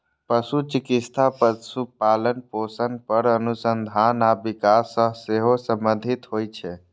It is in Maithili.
पशु चिकित्सा पशुपालन, पोषण पर अनुसंधान आ विकास सं सेहो संबंधित होइ छै